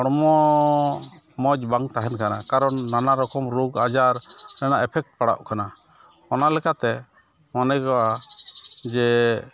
ᱦᱚᱲᱢᱚᱻ ᱢᱚᱡᱽ ᱵᱟᱝ ᱛᱟᱦᱮᱱ ᱠᱟᱱᱟ ᱠᱟᱨᱚᱱ ᱱᱟᱱᱟᱨᱚᱠᱚᱢ ᱨᱳᱜᱽᱼᱟᱡᱟᱨ ᱨᱮᱱᱟᱜ ᱮᱯᱷᱮᱠᱴ ᱯᱟᱲᱟᱣᱚᱜ ᱠᱟᱱᱟ ᱚᱱᱟᱞᱮᱠᱛᱮ ᱡᱮ